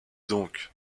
donc